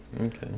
Okay